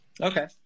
Okay